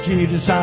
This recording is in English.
Jesus